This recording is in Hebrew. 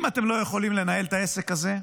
אם אתם לא יכולים לנהל את העסק הזה,